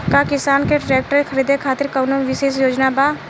का किसान के ट्रैक्टर खरीदें खातिर कउनों विशेष योजना बा?